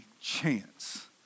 chance